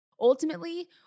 ultimately